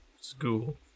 school